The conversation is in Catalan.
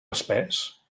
espés